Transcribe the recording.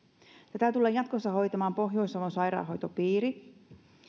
tätä tulee jatkossa hoitamaan pohjois savon sairaanhoitopiiri